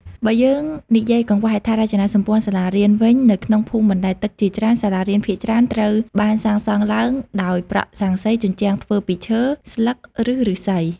បើយើងនិយាយកង្វះហេដ្ឋារចនាសម្ព័ន្ធសាលារៀនវិញ នៅក្នុងភូមិបណ្តែតទឹកជាច្រើន សាលារៀនភាគច្រើនត្រូវបានសាងសង់ឡើងដោយប្រក់ស័ង្កសី ជញ្ជាំងធ្វើពីឈើ ស្លឹក ឬឫស្សី។